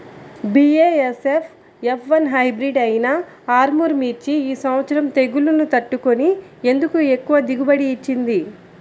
BASF F one hybrid అయినా ఆర్ముర్ మిర్చి ఈ సంవత్సరం తెగుళ్లును తట్టుకొని ఎందుకు ఎక్కువ దిగుబడి ఇచ్చింది?